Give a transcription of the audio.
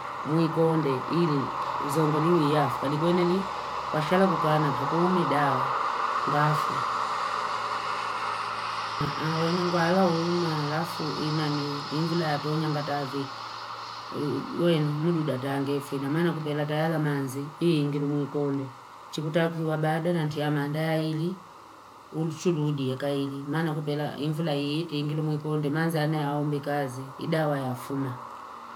Mwikonde ili zongo liwi yafu. Kali kwenye ni washala kukana pakuumi dawa, ngaafu. Awe ni mkuala uuma alafu inani infula ya tonja nga tavi. Yoyenu mudu nda tangefu ina. Mwana kupela tayala manzi, hii ingilu mwikonde. Chikutakufu wabade na tiamandai ili, ulusuludieka ili. Mwana kupela infula hii ingilu mwikonde, manza anayahumbi kazi, idawa yafuma.